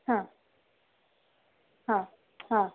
हां हां हां